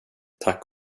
tack